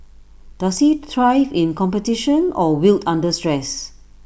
does he thrive in competition or wilt under stress